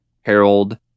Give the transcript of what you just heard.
Harold